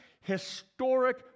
historic